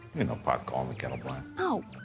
you know, pot calling the kettle black. oh